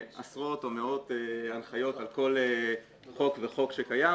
עשרות או מאות הנחיות על כל חוק וחוק שקיים,